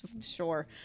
sure